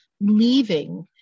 leaving